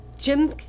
Jim